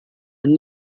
und